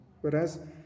whereas